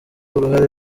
uruhare